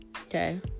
Okay